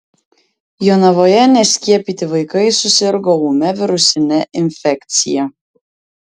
jonavoje neskiepyti vaikai susirgo ūmia virusine infekcija